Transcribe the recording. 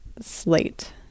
slate